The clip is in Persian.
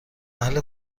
اهل